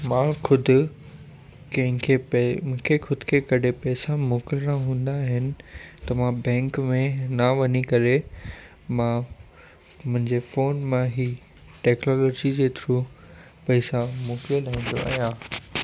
मां ख़ुदि कंहिं खे पंहिं खे ख़ुदि खे कॾहिं पैसा मोकिलिणा हूंदा आहिनि त मां बैंक में न वञी करे मां मुंहिंजे फ़ोन मां ई टैक्नोलॉजीअ जे थ्रू पैसा मोकिले लाहींदो आहियां